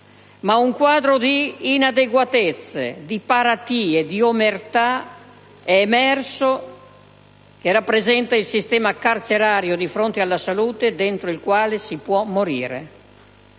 Un quadro di inadeguatezze, di paratie, di omertà è emerso e rappresenta il sistema carcerario di fronte alla salute, dentro il quale si può morire.